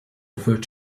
referred